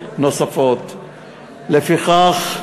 לפיכך,